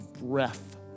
breath